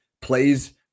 plays